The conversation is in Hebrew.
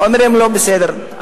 אומרים לו: בסדר,